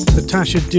Natasha